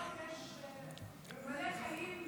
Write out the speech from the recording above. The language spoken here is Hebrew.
יש מלא שחיים,